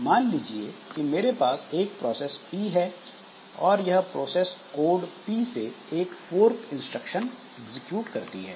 मान लीजिये कि मेरे पास एक प्रोसेस P है और यह प्रोसेस कोड P से एक फोर्क इंस्ट्रक्शन एग्जिक्यूट करती है